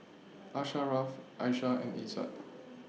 Asharaff Aisyah and Izzat